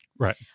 Right